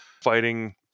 fighting